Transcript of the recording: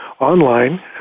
online